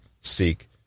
seek